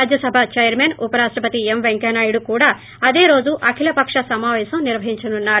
Rajya Sabha chairman ఉప రాష్టపతి M Venkaiah Naidu కూడా అదే రోజు అఖిలపక్ష సమాపేశం నిర్వహించనున్నారు